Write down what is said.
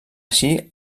així